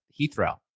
Heathrow